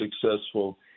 successful